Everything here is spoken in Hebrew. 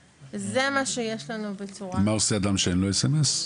זה מה שיש לנו בצורה --- מה עושה אדם שאין לו סמס?